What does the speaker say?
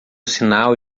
sinal